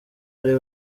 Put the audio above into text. ari